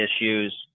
issues